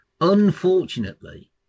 Unfortunately